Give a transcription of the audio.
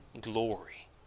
glory